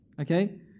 okay